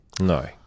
No